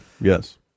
yes